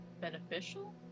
Beneficial